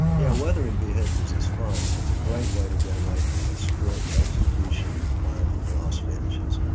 yeah, weathering vehicles is fun, and it's a great way to get away from the strict execution required for gloss finishes.